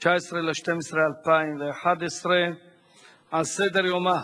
19 בדצמבר 2011. על סדר-יומה